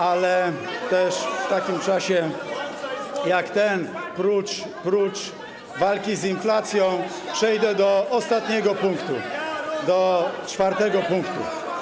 Ale też w takim czasie jak ten prócz walki z inflacją... tu przejdę do ostatniego punktu, do czwartego punktu.